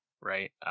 right